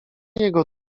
jego